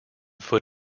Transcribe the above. foot